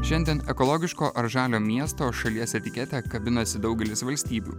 šiandien ekologiško ar žalio miesto šalies etiketę kabinasi daugelis valstybių